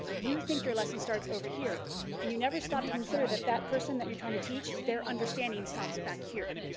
you think your lesson starts over here and you never stop to consider that that person that you're trying to teach, they're understanding stops back here.